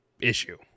issue